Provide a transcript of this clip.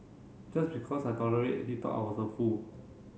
just because I tolerate he thought I was a fool